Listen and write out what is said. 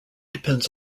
depends